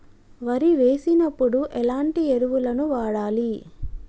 వరి వేసినప్పుడు ఎలాంటి ఎరువులను వాడాలి?